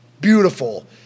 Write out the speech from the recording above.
beautiful